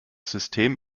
system